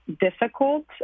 difficult